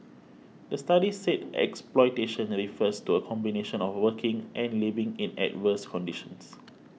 the study said exploitation that refers to a combination of working and living in adverse conditions